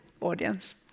audience